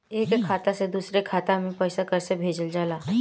एक खाता से दुसरे खाता मे पैसा कैसे भेजल जाला?